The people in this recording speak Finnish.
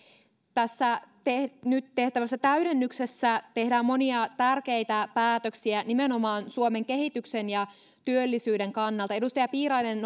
tässä nyt tehtävässä täydennyksessä tehdään monia tärkeitä päätöksiä nimenomaan suomen kehityksen ja työllisyyden kannalta edustaja piirainen